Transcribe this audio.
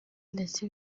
ndetse